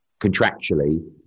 contractually